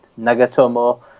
Nagatomo